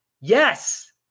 Yes